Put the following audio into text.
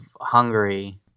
Hungary